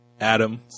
Adam